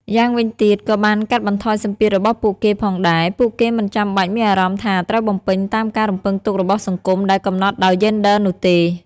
យ៉ាងវិញទៀតក៏បានកាត់បន្ថយសម្ពាធរបស់ពួកគេផងដែរ ពួកគេមិនចាំបាច់មានអារម្មណ៍ថាត្រូវបំពេញតាមការរំពឹងទុករបស់សង្គមដែលកំណត់ដោយយេនឌ័រនោះទេ។